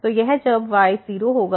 तो यह जब y 0 होगा